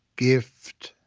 gift,